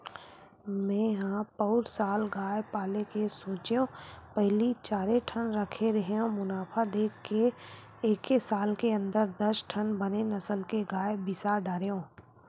मेंहा पउर साल गाय पाले के सोचेंव पहिली चारे ठन रखे रेहेंव मुनाफा देख के एके साल के अंदर दस ठन बने नसल के गाय बिसा डरेंव